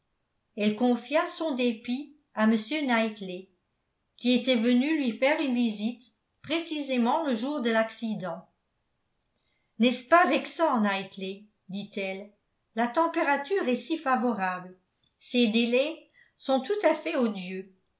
elle confia son dépit à m knightley qui était venu lui faire une visite précisément le jour de l'accident n'est-ce pas vexant knightley dit-elle la température est si favorable ces délais sont tout à fait odieux